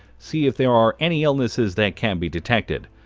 see if there are any illnesses that can be detected,